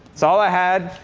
it's all i had.